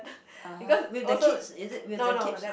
uh !huh! with the kids is it with the kids